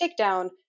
takedown